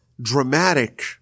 dramatic